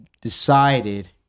decided